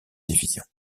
division